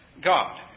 God